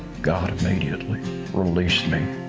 god immediately released me